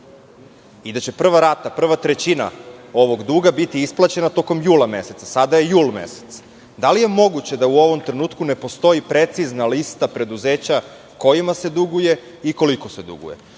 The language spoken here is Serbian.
i da će prva rata, prva trećina ovog duga biti isplaćena tokom jula meseca. Sada je jul mesec. Da li je moguće da u ovom trenutku ne postoji precizna lista preduzeća kojima se duguje i koliko se duguje? Drugo,